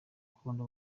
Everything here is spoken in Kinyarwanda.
akunda